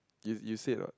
you you said [what]